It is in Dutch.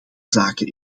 zaken